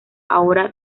ahora